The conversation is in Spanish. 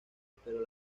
pero